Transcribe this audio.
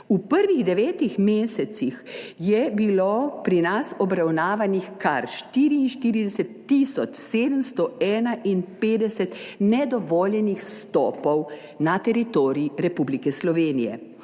V prvih devetih mesecih je bilo pri nas obravnavanih kar 44 tisoč 751 nedovoljenih vstopov na teritorij Republike Slovenije.